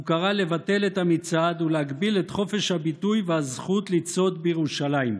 הוא קרא לבטל את המצעד ולהגביל את חופש הביטוי והזכות לצעוד בירושלים.